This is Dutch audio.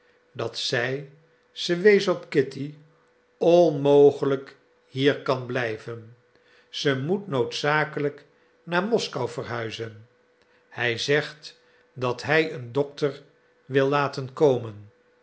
dat zij ze wees op kitty onmogelijk hier kan blijven ze moet noodzakelijk naar moskou verhuizen hij zegt dat hij een dokter wil laten komen